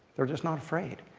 they're just not afraid.